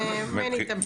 מני, תמשיך.